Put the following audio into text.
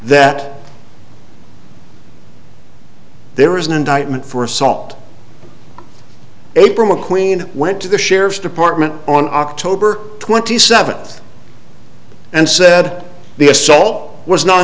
that there is an indictment for assault apra mcqueen went to the sheriff's department on october twenty seventh and said the assault was not